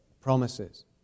promises